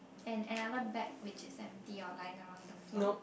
and another bag which is empty or lying around the floor